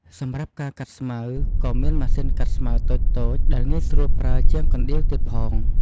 សម្រាប់ការកាត់ស្មៅ ក៏មានម៉ាស៊ីនកាត់ស្មៅតូចៗដែលងាយស្រួលប្រើជាងកណ្ដៀវទៀតផង។